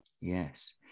yes